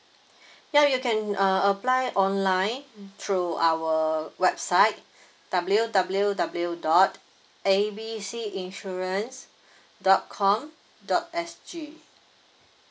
ya you can uh apply online through our website W_W_W dot A B C insurance dot com dot S_G